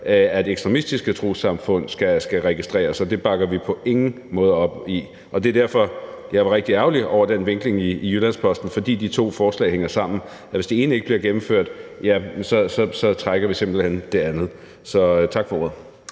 at ekstremistiske trossamfund skal registreres, og det bakker vi på ingen måde op om. Det var derfor, jeg var rigtig ærgerlig over den vinkling i Jyllands-Posten, for de to forslag hænger sammen: Hvis det ene ikke bliver gennemført, trækker vi simpelt hen det andet. Tak for ordet.